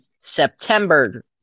September